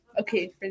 Okay